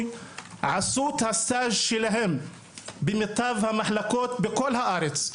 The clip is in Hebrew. ואת הסטאז' במיטב המחלקות בכל הארץ,